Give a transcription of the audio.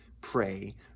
pray